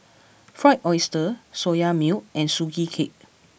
Fried Oyster Soya Milk and Sugee Cake